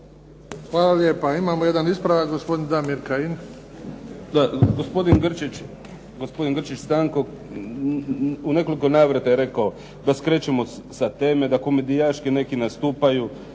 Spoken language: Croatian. Hvala lijepa. Imamo jedan ispravak. Gospodin Damir Kajin.